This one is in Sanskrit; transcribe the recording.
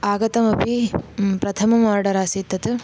आगतमपि प्रथमम् आर्डरसीत् तत्